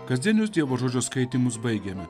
kasdienius dievo žodžio skaitymus baigėme